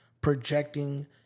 projecting